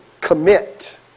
commit